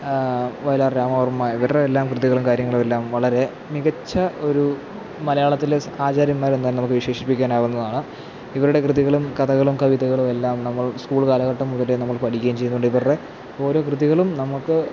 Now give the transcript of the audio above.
വയലാർ രാമവർമ്മ ഇവരുടെ എല്ലാം കൃതികളും കാര്യങ്ങളുമെല്ലാം വളരെ മികച്ച ഒരു മലയാളത്തിലെ ആചാര്യന്മാരെന്ന് തന്നെ നമുക്ക് വിശേഷിപ്പിക്കാനാവുന്നതാണ് ഇവരുടെ കൃതികളും കഥകളും കവിതകളും എല്ലാം നമ്മൾ സ്കൂൾ കാലഘട്ടം മുതലേ നമ്മൾ പഠിക്കുകയും ചെയ്യുന്നുണ്ട് ഇവരുടെ ഓരോ കൃതികളും നമുക്ക്